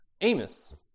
Amos